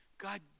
God